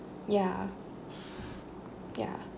ya ya